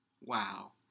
Wow